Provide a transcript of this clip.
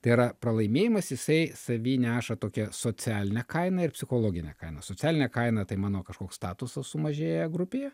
tai yra pralaimėjimas jisai savy neša tokią socialinę kainą ir psichologinę kainą socialinė kaina tai mano kažkoks statusas sumažėja grupėje